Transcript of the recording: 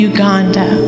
Uganda